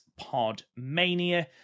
Podmania